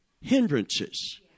hindrances